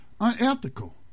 unethical